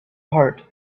heart